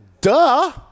duh